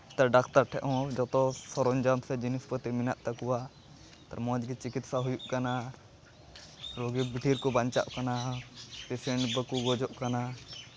ᱱᱮᱛᱟᱨ ᱰᱟᱠᱛᱟᱨ ᱴᱷᱮᱡ ᱦᱚᱸ ᱡᱚᱛᱚ ᱥᱚᱨᱚᱧᱡᱟᱢ ᱥᱮ ᱡᱤᱱᱤᱥ ᱯᱟᱹᱛᱤ ᱢᱮᱱᱟᱜ ᱛᱟᱠᱚᱣᱟ ᱟᱨ ᱢᱚᱡᱽᱜᱮ ᱪᱤᱠᱤᱛᱥᱟ ᱦᱩᱭᱩᱜ ᱠᱟᱱᱟ ᱨᱩᱜᱤ ᱟᱹᱰᱤ ᱰᱷᱮᱨ ᱠᱚ ᱵᱟᱧᱪᱟᱜ ᱠᱟᱱᱟ ᱯᱮᱥᱮᱱᱴ ᱵᱟᱠᱚ ᱜᱚᱡᱚᱜ ᱠᱟᱱᱟ